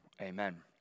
amen